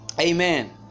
amen